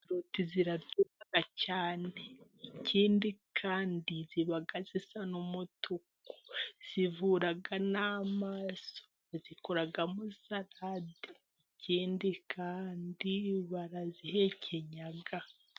Karoti ziraryoha cyane, ikindi kandi ziba zisa n'umutuku, zivura n'amaso, bazikoramo salade, ikindi kandi barazihekenya.